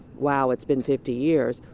wow, it's been fifty years.